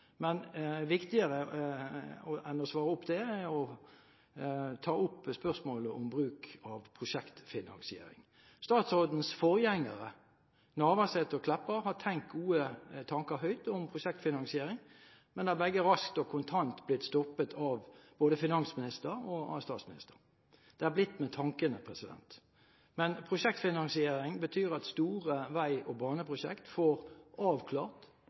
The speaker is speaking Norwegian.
Men viktigere enn å svare på det er å ta opp spørsmålet om bruk av prosjektfinansiering. Statsrådens forgjengere, Navarsete og Meltveit Kleppa, har tenkt gode tanker høyt om prosjektfinansiering, men er begge raskt og kontant blitt stoppet av både finansministeren og statsministeren. Det har blitt med tankene. Prosjektfinansiering betyr at store vei- og baneprosjekt får avklart